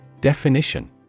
Definition